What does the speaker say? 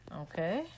Okay